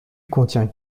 contient